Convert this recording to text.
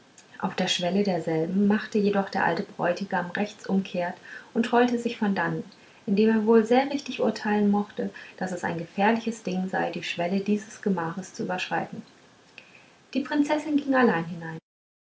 auf der schwelle derselben machte jedoch der alte bräutigam rechtsum kehrt und trollte sich von dannen indem er wohl sehr richtig urteilen mochte daß es ein gefährliches ding sei die schwelle dieses gemaches zu überschreiten die prinzessin ging allein hinein